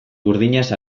burdinaz